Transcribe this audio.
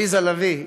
עליזה לביא,